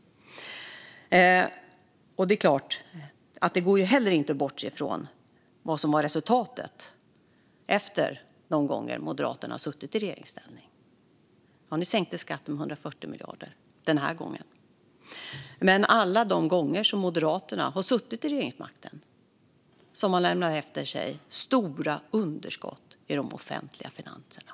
Det går inte heller att bortse från vad som blivit resultatet de gånger Moderaterna har suttit i regeringsställning. Ni sänkte skatten med 140 miljarder den senaste gången, men alla de gånger Moderaterna har suttit vid regeringsmakten har de lämnat efter sig stora underskott i de offentliga finanserna.